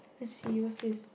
let's see what's this